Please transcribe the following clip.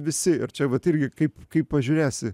visi ir čia vat irgi kaip kaip pažiūrėsi